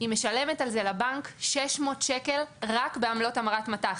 היא משלמת על זה לבנק 600 שקלים רק בעמלות המרת מט"ח.